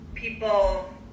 People